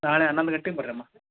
ನಾಳೆ ಹನ್ನೊಂದು ಗಂಟೆಗೆ ಬರ್ರಿ ಅಮ್ಮ